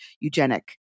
eugenic